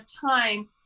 time